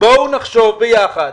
בואו נחשוב ביחד.